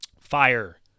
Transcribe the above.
fire